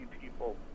people